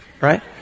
right